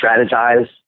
strategize